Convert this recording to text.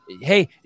Hey